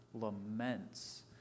laments